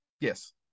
Yes